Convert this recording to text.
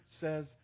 says